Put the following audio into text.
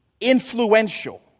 influential